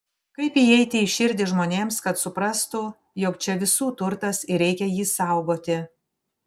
kaip įeiti į širdį žmonėms kad suprastų jog čia visų turtas ir reikia jį saugoti